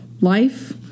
life